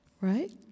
right